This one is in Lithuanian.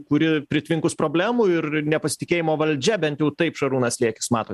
kuri pritvinkus problemų ir nepasitikėjimo valdžia bent jau taip šarūnas liekis mato